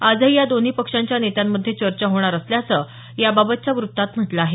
आजही या दोन्ही पक्षांच्या नेत्यांमध्ये चर्चा होणार असल्याचं याबाबतच्या व्रत्तात म्हटलं आहे